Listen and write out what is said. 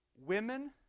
women